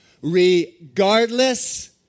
regardless